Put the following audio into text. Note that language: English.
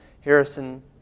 Harrison